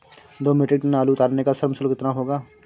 दो metric tonne आलू उतारने का श्रम शुल्क कितना होगा?